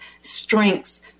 strengths